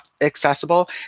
accessible